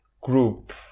group